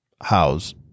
house